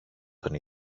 τον